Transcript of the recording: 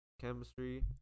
chemistry